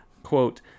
Quote